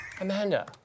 Amanda